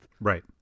right